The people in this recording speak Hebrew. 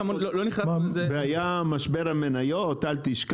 והיה משבר המניות, אל תשכח.